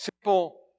Simple